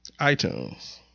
iTunes